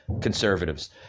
conservatives